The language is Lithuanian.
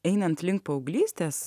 einant link paauglystės